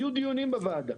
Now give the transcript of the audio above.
היו דיונים בוועדה.